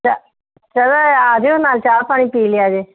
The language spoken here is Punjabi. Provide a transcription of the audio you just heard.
ਚ ਚਲੋ ਆ ਜਿਓ ਨਾਲ ਚਾਹ ਪਾਣੀ ਪੀ ਲਿਆ ਜੇ